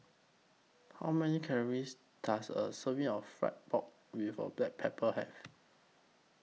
How Many Calories Does A Serving of Fry Pork with A Black Pepper Have